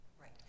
Right